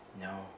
No